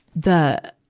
the,